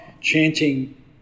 chanting